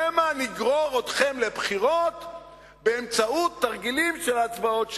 שמא נגרור אתכם לבחירות בתרגילים של הצבעות שמיות.